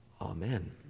Amen